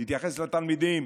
תתייחס לתלמידים,